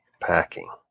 packing